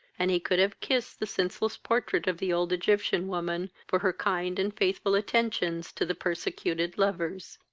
and he could have kissed the senseless portrait of the old egyptian woman for her kind and faithful attentions to the persecuted lovers.